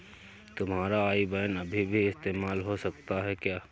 तुम्हारा IBAN अभी भी इस्तेमाल हो सकता है क्या?